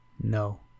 No